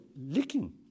licking